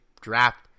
draft